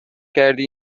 کردی